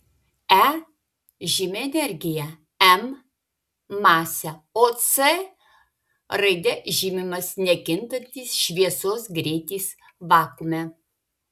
e žymi energiją m masę o c raide žymimas nekintantis šviesos greitis vakuume